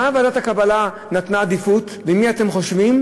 למי נתנה ועדת הקבלה עדיפות, למי אתם חושבים?